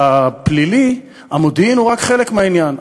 בפלילי, המודיעין הוא רק חלק מהעניין.